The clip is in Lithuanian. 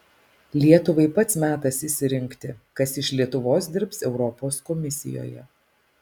lietuvai pats metas išsirinkti kas iš lietuvos dirbs europos komisijoje